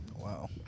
Wow